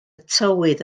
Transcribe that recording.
tywydd